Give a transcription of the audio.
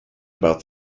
about